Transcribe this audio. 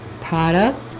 Product